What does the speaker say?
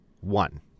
one